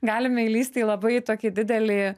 galime įlįsti į labai tokį didelį